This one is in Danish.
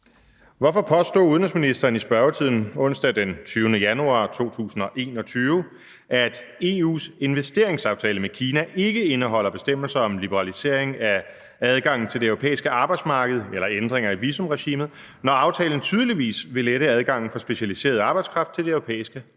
Hvorfor påstod udenrigsministeren i spørgetiden onsdag den 20. januar 2021, at EU’s investeringsaftale med Kina ikke indeholder bestemmelser om liberalisering af adgangen til det europæiske arbejdsmarked eller ændringer i visumregimet, når aftalen tydeligvis vil lette adgangen for specialiseret arbejdskraft til det europæiske arbejdsmarked?